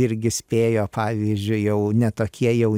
irgi spėjo pavyzdžiui jau ne tokie jau